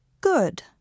Good